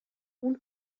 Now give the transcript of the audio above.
اون